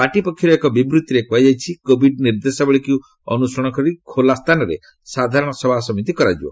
party ପକ୍ଷରୁ ଏକ ବିବୃଭିରେ କୁହାଯାଇଛି କୋଭିଡ ନିର୍ଦ୍ଦେଶାବଳୀକୁ ଅନୁସରଣ କରି ଖୋଲା ସ୍ଥାନରେ ସାଧାରଣ ସଭାସମିତି କରାଯିବ